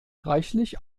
reichlich